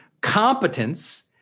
competence